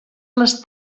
les